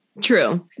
True